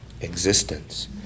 existence